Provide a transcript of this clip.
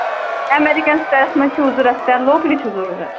American states منٛز چھُو ضوٚرَتھ تہِ لوکلی چھُو ضروٗرت